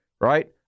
right